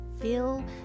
Feel